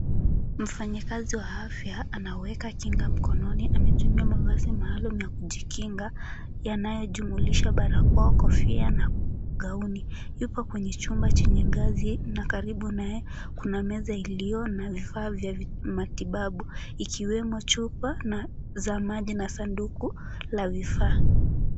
Mfanyikazi wa afya anaweka kinga mkononi, anatumia mavazi maalum ya kujikinga, yanayojumulisha, barakoa, kofia na gauni. Yupo kwenye chumba chenye ngazi na karibu naye kuna meza iliyo na vifaa vya matibabu ikiwemo chupa za maji na sanduku la vifaa.